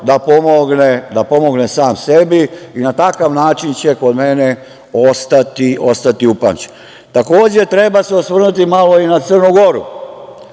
da pomogne sam sebi i na takav način će kod mene ostati upamćen. Takođe, treba se osvrnuti malo i na Crnu Goru.